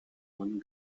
one